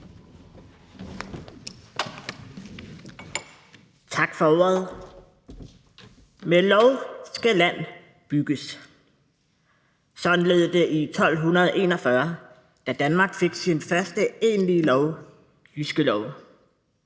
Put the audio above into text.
Tak for ordet. Med lov skal land bygges. Sådan lød det i 1241, da Danmark fik sin første egentlige lov, Jyske Lov.